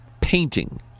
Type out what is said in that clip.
painting